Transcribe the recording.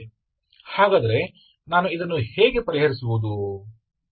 ಹಾಗಾದರೆ ನಾನು ಇದನ್ನು ಹೇಗೆ ಪರಿಹರಿಸುವುದು